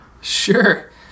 Sure